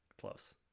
Close